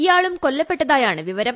ഇയാളും കൊല്ലപ്പെട്ടതായാണ് വിവരം